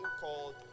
called